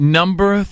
number